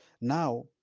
now